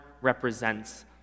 represents